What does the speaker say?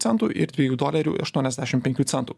centų ir dviejų dolerių aštuoniasdešim penkių centų